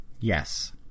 yes